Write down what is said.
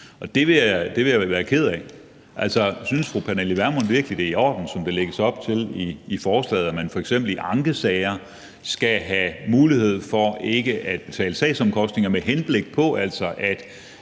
Det ville jeg være ked af. Synes fru Pernille Vermund virkelig, at det, som der lægges op til i forslaget, er i orden, nemlig at man f.eks. i ankesager skal have mulighed for ikke at betale sagsomkostninger? Der er jo